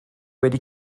wedi